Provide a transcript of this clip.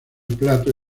plato